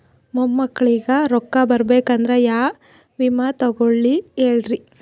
ಮೊಮ್ಮಕ್ಕಳಿಗ ರೊಕ್ಕ ಬರಬೇಕಂದ್ರ ಯಾ ವಿಮಾ ತೊಗೊಳಿ ಹೇಳ್ರಿ?